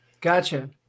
Gotcha